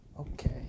Okay